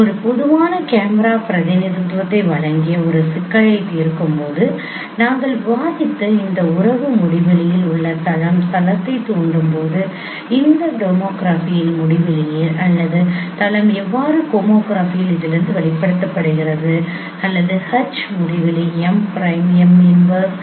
ஒரு பொதுவான கேமரா பிரதிநிதித்துவத்தை வழங்கிய ஒரு சிக்கலைத் தீர்க்கும்போது நாங்கள் விவாதித்த இந்த உறவு முடிவிலியில் உள்ள தளம் தளத்தைத் தூண்டும் போது இந்த டோமோகிராஃபியில் முடிவிலி அல்லது தளம் எவ்வாறு ஹோமோகிராபி இதில் இருந்து வெளிப்படுத்தப்படுகிறது அல்லது H முடிவிலி M பிரைம் M இன்வெர்ஸ்